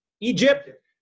Egypt